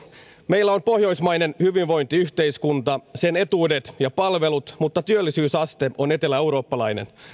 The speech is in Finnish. meillä on pohjoismainen hyvinvointiyhteiskunta sen etuudet ja palvelut mutta työllisyysaste on eteläeurooppalainen